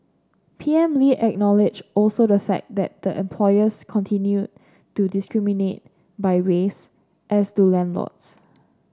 P M Lee acknowledged also the fact that the employers continue to discriminate by race as do landlords